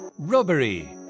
Robbery